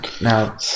Now